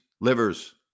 livers